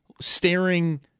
staring